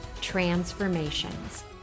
transformations